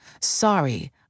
Sorry